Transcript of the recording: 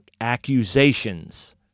accusations